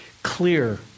Clear